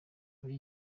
muri